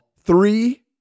three